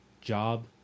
job